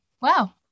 Wow